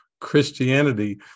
Christianity